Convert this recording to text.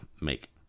Make